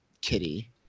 Kitty